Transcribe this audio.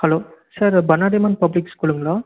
hello sir Bannari Amman public ஸ்கூலுங்களா